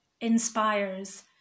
inspires